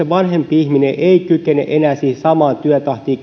vanhempi ihminen ei kykene enää siihen samaan työtahtiin